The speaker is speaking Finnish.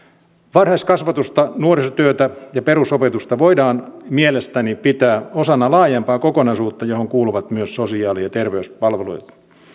varhaiskasvatusta nuorisotyötä ja perusopetusta voidaan mielestäni pitää osana laajempaa kokonaisuutta johon kuuluvat myös sosiaali ja terveyspalvelut